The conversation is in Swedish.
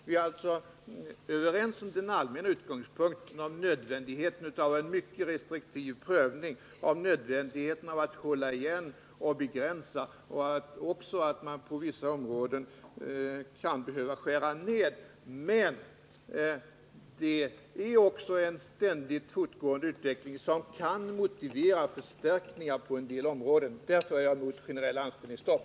Vi är alltså överens om den allmänna utgångspunkten att det är nödvändigt att pröva mycket restriktivt, att hålla igen och begränsa, liksom också att man på vissa områden kan behöva skära ned. Men det är också en ständigt fortgående utveckling som kan motivera förstärkningar på vissa områden. Därför är jag emot ett generellt anställningsstopp.